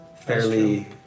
Fairly